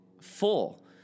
full